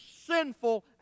sinful